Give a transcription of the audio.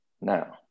now